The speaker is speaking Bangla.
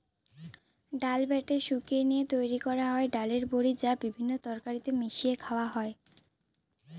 ডাল বেটে শুকিয়ে নিয়ে তৈরি করা হয় ডালের বড়ি, যা বিভিন্ন তরকারিতে মিশিয়ে খাওয়া হয়